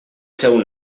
seu